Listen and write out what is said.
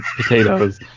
potatoes